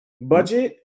budget